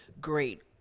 great